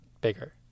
bigger